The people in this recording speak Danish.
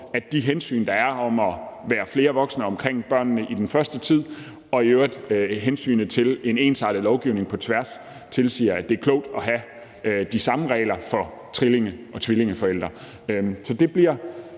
om de hensyn, der er med at være flere voksne omkring børnene i den første tid, og i øvrigt hensynet til en ensartet lovgivning på tværs, som tilsiger, at det er klogt at have de samme regler for trillinge- og tvillingeforældre. Så det bliver